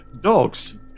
Dogs